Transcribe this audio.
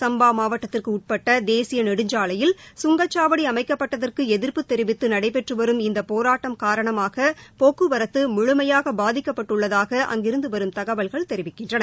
சும்பா மாவட்டத்திற்குட்பட்ட தேசிய நெடுஞ்சாலையில் கங்கச்சாவடி அமைக்கப்பட்டதற்கு எதிர்ப்பு தெரிவித்து நடைபெற்று வரும் இந்த போராட்டம் காரணமாக போக்குவரத்து முழுமையாக பாதிக்கப்பட்டுள்ளதாக அங்கிருந்து வரும் தகவல்கள் தெரிவிக்கின்றன